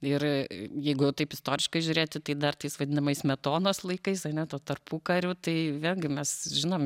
ir jeigu jau taip istoriškai žiūrėti tai dar tais vadinamais smetonos laikais ane tuo tarpukariu tai vėlgi mes žinom